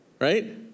right